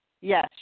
Yes